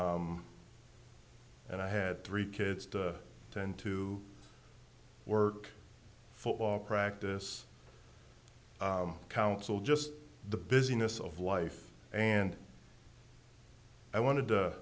and i had three kids to tend to work football practice counsel just the business of life and i wanted to